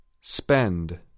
Spend